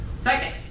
Second